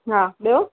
हा ॿियो